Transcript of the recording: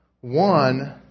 One